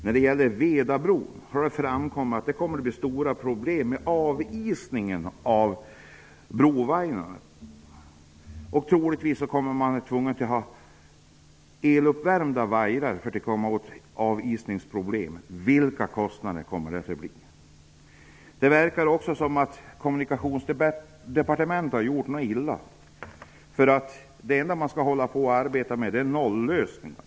När det gäller Vedabron har det framkommit att det kommer att bli stora problem med avisningen av brovajrarna. Troligtvis kommer man att bli tvungen att ha eluppvärmda vajrar. Vilka kommer kostnaderna att bli? Det verkar som om Kommunikationsdepartementet så att säga har gjort något illa. Det enda man skall arbeta med är ju en nollösning.